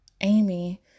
Amy